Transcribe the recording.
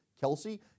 Kelsey